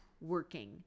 working